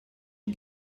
ihn